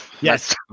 Yes